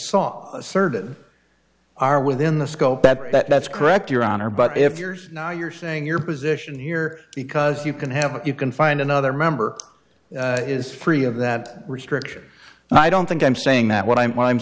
saw asserted are within the scope that's correct your honor but if yours now you're saying your position here because you can have what you can find another member is free of that restriction i don't think i'm saying that what i'm what i'm